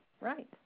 Right